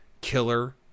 killer